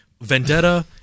Vendetta